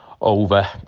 over